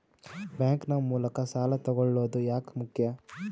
Bank ನ ಮೂಲಕ ಸಾಲ ತಗೊಳ್ಳೋದು ಯಾಕ ಮುಖ್ಯ?